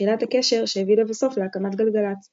ותחילת הקשר שהביא לבסוף להקמת גלגלצ –